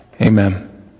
Amen